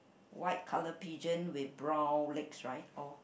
white colour pigeon with brown legs right or